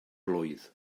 blwydd